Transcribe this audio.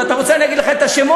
אם אתה רוצה אני אגיד לך את השמות,